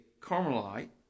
Carmelite